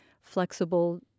flexible